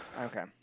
Okay